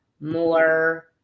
more